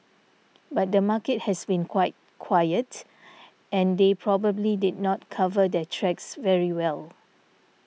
but the market has been quite quiet and they probably did not cover their tracks very well